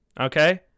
okay